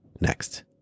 next